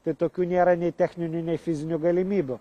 tai tokių nėra nei techninių nei fizinių galimybių